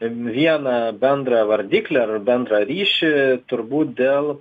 vieną bendrą vardiklį bendrą ryšį turbūt dėl